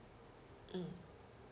mm